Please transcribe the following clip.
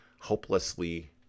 hopelessly